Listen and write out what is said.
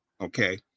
Okay